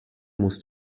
muss